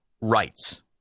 rights